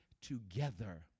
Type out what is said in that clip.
together